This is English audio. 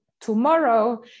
tomorrow